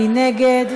מי נגד?